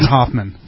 Hoffman